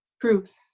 Truth